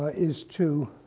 ah is to